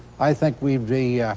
i think we'd be